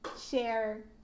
share